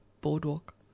boardwalk